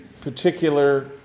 particular